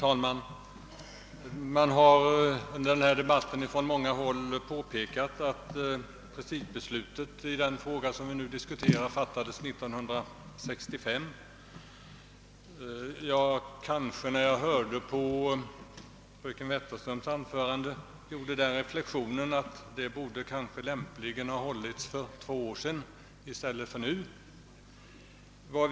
Herr talman! Under denna debatt har många talare påpekat att principbeslutet i den fråga vi nu diskuterar fattades 1965. När jag lyssnade till fröken Wetterströms anförande gjorde jag den reflexionen att det kanske lämpligen borde ha hållits för två år sedan i stället för i dag.